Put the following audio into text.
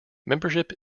membership